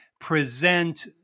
present